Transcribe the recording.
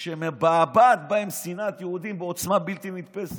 שמבעבעת בהם שנאת יהודים בעוצמה בלתי נתפסת.